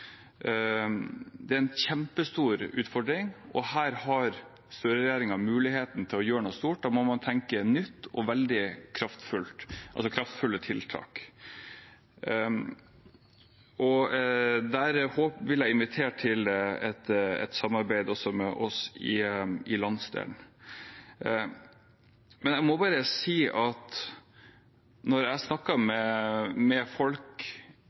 Det er en kjempestor utfordring, og her har Støre-regjeringen muligheten til å gjøre noe stort. Da må man tenke nytt og ha kraftfulle tiltak. Dette vil jeg invitere til et samarbeid om også mellom oss fra landsdelen. Når jeg snakker med folk i Nord-Norge om den nye Støre-regjeringen, er den tilbakemeldingen jeg